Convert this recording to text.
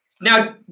now